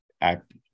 act